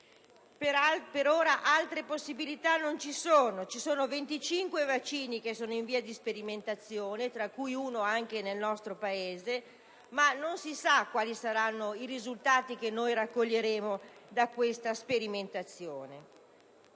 Per ora altre possibilità non esistono: ci sono 25 vaccini in via di sperimentazione, tra cui uno anche nel nostro Paese, ma non si sa quali saranno i risultati che raccoglieremo da questa sperimentazione.